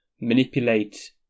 manipulate